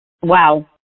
Wow